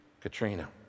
Katrina